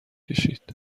کشید